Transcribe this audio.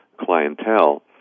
clientele